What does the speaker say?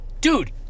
Dude